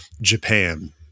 Japan